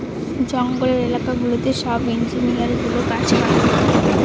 জঙ্গলের এলাকা গুলোতে সব ইঞ্জিনিয়ারগুলো কাজ করে